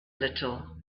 little